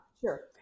Sure